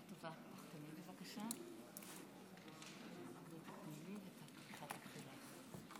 (חותמת על ההצהרה)